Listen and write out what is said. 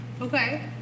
Okay